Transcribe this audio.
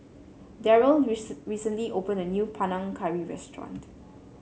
Daryl recently opened a new Panang Curry restaurant